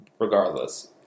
regardless